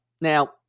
Now